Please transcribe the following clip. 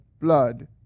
blood